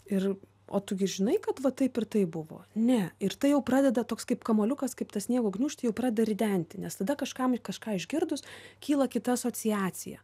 ir o tu gi žinai kad va taip ir taip buvo ne ir tai jau pradeda toks kaip kamuoliukas kaip ta sniego gniūžtė jau pradeda ridenti nes tada kažkam kažką išgirdus kyla kita asociacija